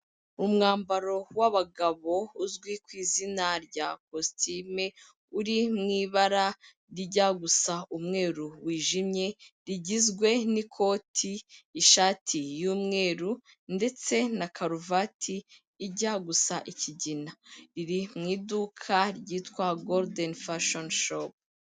Umwambaro w'abagabo uzwi ku izina rya kosisitime, uri mu ibara rijya gusa umweru wijimye, rigizwe n'ikoti, ishati y'umweru ndetse na karuvati ijya gusa ikigina. Riri mu iduka ryitwa gorudeni fashoni shopu.